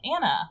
anna